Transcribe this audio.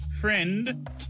Friend